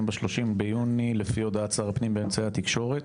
ב-30 ביוני לפי הודעת שר הפנים באמצעי התקשורת,